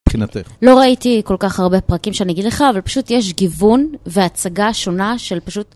מבחינתך. לא ראיתי כל כך הרבה פרקים שאני אגיד לך, אבל פשוט יש גיוון והצגה שונה של פשוט...